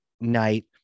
night